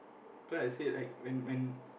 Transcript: so I said like when when